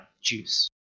juice